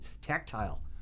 tactile